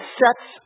sets